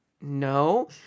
no